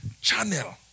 Channel